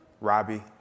Robbie